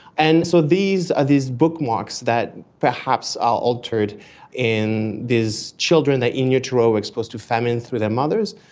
and so these are these bookmarks that perhaps are altered in these children that in utero are exposed to famine through their mothers,